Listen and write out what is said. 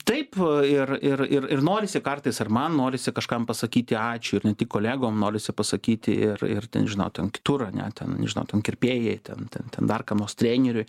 taip ir ir ir ir norisi kartais ir man norisi kažkam pasakyti ačiū ir ne tik kolegom norisi pasakyti ir ir ten žinot ten kitur ane ten žinot ten kirpėjai ten dar kam nors treneriui